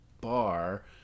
bar